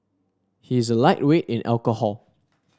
he is a lightweight in alcohol